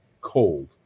cold